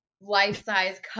life-size